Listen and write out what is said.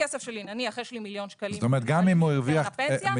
נניח יש לי מיליון שקל בקרן הפנסיה,